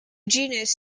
genus